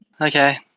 Okay